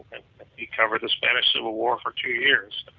and he covered the spanish civil war for two years.